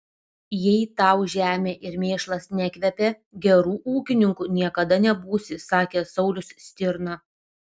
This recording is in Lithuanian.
jei tau žemė ir mėšlas nekvepia geru ūkininku niekada nebūsi sakė saulius stirna